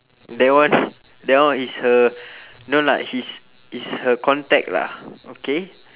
that one that one is her no lah his is her contact lah okay